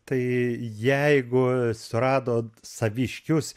tai jeigu surado saviškius